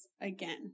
again